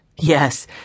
Yes